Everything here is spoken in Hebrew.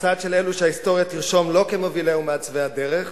"הצד של אלו שההיסטוריה תרשום לא כמובילי ומעצבי הדרך,